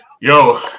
yo